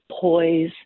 poise